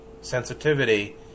sensitivity